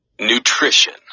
nutrition